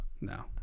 No